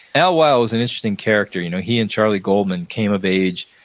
al weill was in interesting character. you know he and charley goldman came of age,